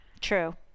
True